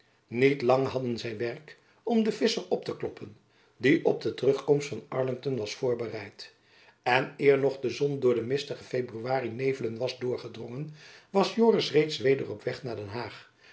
niet lang hadden zy werk om den visscher op te kloppen die op de terugkomst van arlington was voorbereid en eer nog de zon door de mistige february nevelen was doorgebroken was joris reeds weder op weg naar den haag